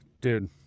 Dude